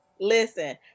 Listen